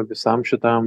visam šitam